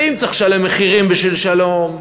ואם צריך לשלם מחירים בשביל שלום,